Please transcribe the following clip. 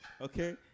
Okay